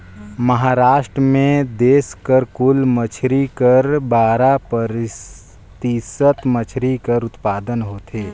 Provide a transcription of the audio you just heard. महारास्ट में देस कर कुल मछरी कर बारा परतिसत मछरी कर उत्पादन होथे